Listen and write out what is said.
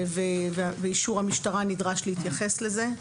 ואישור המשטרה נדרש להתייחס לזה.